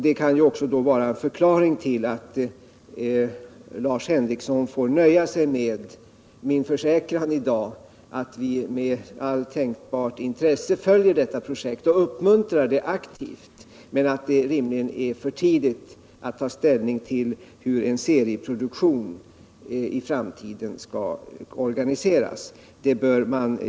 Det kan också vara en förklaring till att Lars Henrikson får nöja sig med min försäkran i dag att vi med allt tänkbart intresse följer detta projekt och uppmuntrar det aktivt, men att det rimligen är för tidigt att ta ställning till hur en serieproduktion i framtiden skall organiseras.